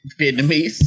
Vietnamese